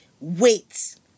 wait